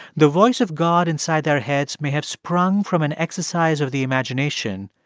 the voice of god inside their heads may have sprung from an exercise of the imagination,